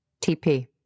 TP